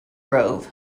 grove